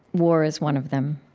war is one of them.